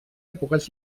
èpoques